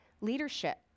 leadership